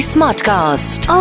Smartcast